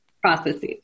processes